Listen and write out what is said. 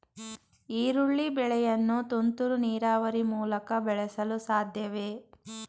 ಈರುಳ್ಳಿ ಬೆಳೆಯನ್ನು ತುಂತುರು ನೀರಾವರಿ ಮೂಲಕ ಬೆಳೆಸಲು ಸಾಧ್ಯವೇ?